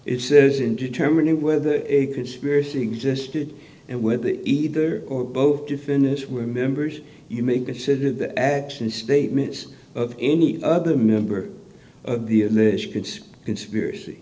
it says in determining whether a conspiracy existed and whether either or both defendants were members you may consider the action statements of any other member of the alleged kids conspiracy